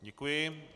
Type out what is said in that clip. Děkuji.